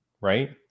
right